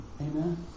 Amen